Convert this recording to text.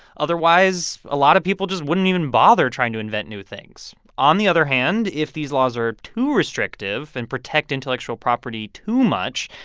otherwise a lot of people just wouldn't even bother trying to invent new things. on the other hand, if these laws are too restrictive and protect intellectual property too much,